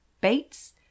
Bates